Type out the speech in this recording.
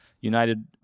United